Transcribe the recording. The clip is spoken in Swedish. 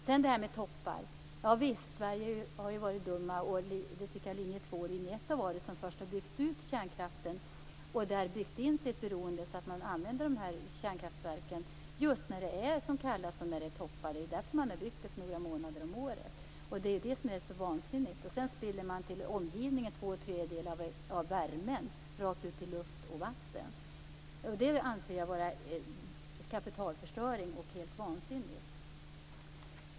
Sedan detta med toppar: Vi i Sverige, linje 1 och linje 2 har varit dumma som först har byggt ut kärnkraften och sedan byggt in sig i ett beroende av att använda kärnkraft när det är som kallast och när det är toppar. Det är därför som man har byggt ut kärnkraften, för att kunna använda den fullt ut några månader om året. Det är det som är så vansinnigt. Dessutom spiller man två tredjedelar av värmen rakt ut i luft och vatten. Det anser jag vara kapitalförstöring och helt vansinnigt.